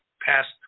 past